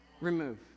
Remove